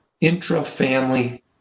intra-family